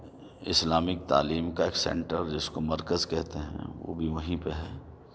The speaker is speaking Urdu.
اِسلامک تعلیم کا ایک سینٹر جس کو مرکز کہتے ہیں وہ بھی وہیں پہ ہے